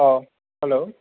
hello